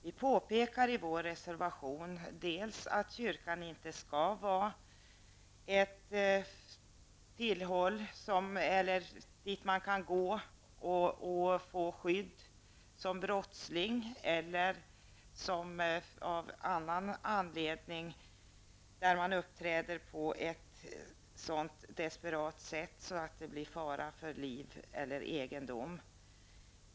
Vi påpekar i vår reservation att kyrkan inte skall vara ett tillhåll dit man kan gå och få skydd som brottsling, eller av annan anledning, varvid man uppträder på ett sådant desperat sätt att det uppstår fara för liv eller egendom.